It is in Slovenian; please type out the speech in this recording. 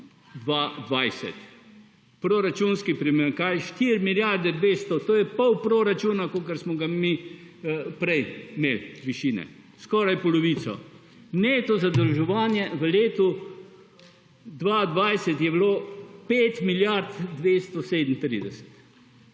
2020. proračunski primanjkljaj 4 milijarde 200. To je pol proračuna kolikor smo ga mi prej imeli višine. Skoraj polovico. Neto zadolževanje v letu 2020 je bilo 5 milijard 237.